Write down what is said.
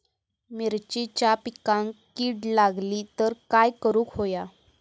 मिरचीच्या पिकांक कीड लागली तर काय करुक होया?